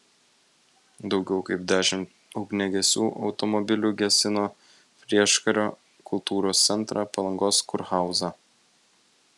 daugiau kaip dešimt ugniagesių automobilių gesino prieškario kultūros centrą palangos kurhauzą